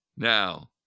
Now